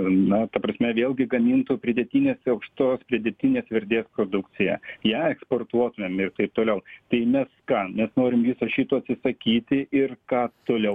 na ta prasme vėlgi gamintų pridėtinės aukštos pridėtinės vertės produkciją ją eksportuotumėm ir taip toliau tai mes ką mes norim viso šito atsisakyti ir ką toliau